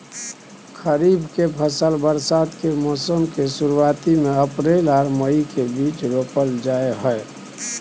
खरीफ के फसल बरसात के मौसम के शुरुआती में अप्रैल आर मई के बीच रोपल जाय हय